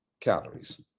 calories